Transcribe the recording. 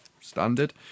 standard